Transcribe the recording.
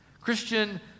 Christian